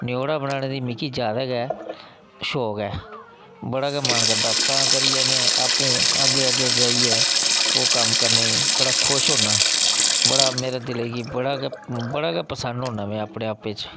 न्यौड़ा बनाने दी मिगी ज्यादा गै शौक ऐ बड़ा गै मन करदा तां करियै में आपूं अग्गें अग्गें जाइयै ओह् कम्म करने गी बड़ा खुश होन्ना बड़ा मेरे दिलै गी बड़ा गै परसन्न होन्नां में अपने आपै च